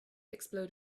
explode